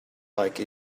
like